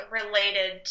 related